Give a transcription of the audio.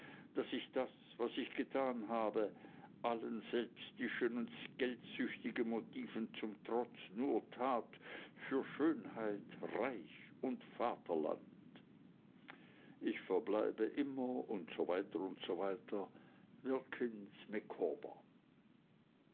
daß ich das was ich getan habe allen selbstischen und geldsüchtigen motiven zum trotz nur tat für schönheit reich und vaterland ich verbleibe immer usw usw wilkins